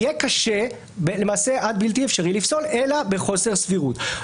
יהיה קשה למעשה עד בלתי אפשרי לפסול אלא בחוסר סבירות.